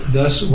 Thus